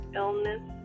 illness